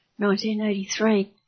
1983